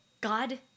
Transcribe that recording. God